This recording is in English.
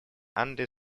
anti